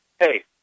hey